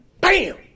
Bam